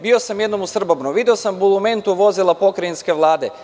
Bio sam jednom u Srbobranu i video sam bulumentu vozila pokrajinske vlade.